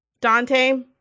Dante